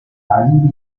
ali